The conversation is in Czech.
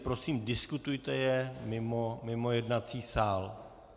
Prosím, diskutujte je mimo jednací sál.